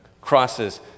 crosses